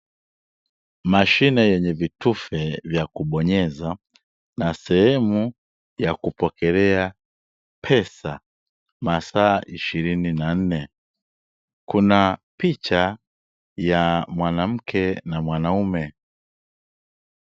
Mashine yenye vitufe vya kubonyeza, na sehemu ya kupokelea pesa, masaa ishirini na nne. Kuna picha ya mwanamke na mwanaume.